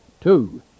Two